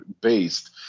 based